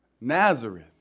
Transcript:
Nazareth